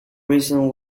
recent